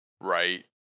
right